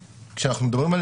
כשאנחנו מדברים על